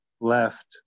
left